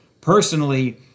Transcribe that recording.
personally